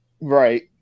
Right